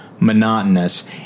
monotonous